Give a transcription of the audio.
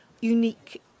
unique